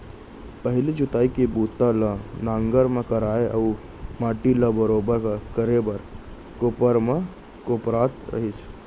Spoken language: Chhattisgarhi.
पहिली जोतई के बूता ल नांगर म करय अउ माटी ल बरोबर करे बर कोपर म कोपरत रहिन